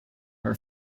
her